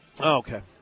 Okay